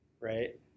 Right